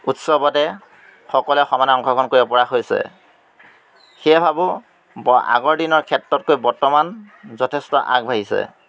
উৎসৱতে সকলোৱে সমানে অংশগ্ৰহণ কৰিব পৰা হৈছে সেয়ে ভাবোঁ আগৰ দিনৰ ক্ষেত্ৰতকৈ বৰ্তমান যথেষ্ট আগবাঢ়িছে